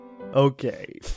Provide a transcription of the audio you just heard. Okay